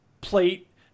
plate